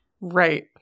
right